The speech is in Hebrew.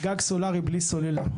לחבר גג סולרי בלי סוללה.